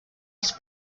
els